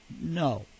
no